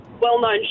well-known